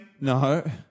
No